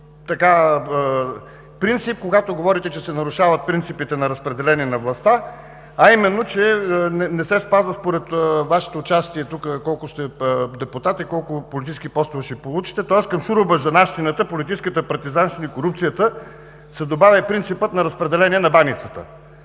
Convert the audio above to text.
принцип, когато говорите, че се нарушават принципите на разпределение на властта, а именно, че не се спазва според Вашето участие тук колко сте депутати, колко политически постове ще получите, тоест към шуробаджанащината, политическата партизанщина и корупцията се добавя и принципът на разпределение на баницата.